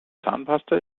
zahnpasta